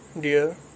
Dear